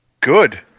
Good